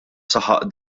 saħaq